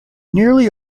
nearly